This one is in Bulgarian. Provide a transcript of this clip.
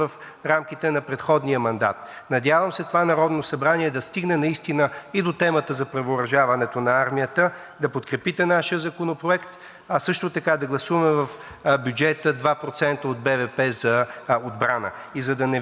да подкрепите нашия законопроект, а също така да гласуваме в бюджета 2% от БВП за отбрана. И за да не вземам отново думата, тъй като имам една редакция в текста на Решението, дали ще позволите да я изчета?